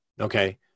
Okay